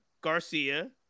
Garcia